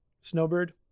snowbird